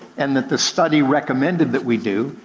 and that the study recommended that we do,